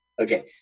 Okay